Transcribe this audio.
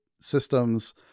systems